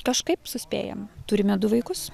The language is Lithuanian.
kažkaip suspėjam turime du vaikus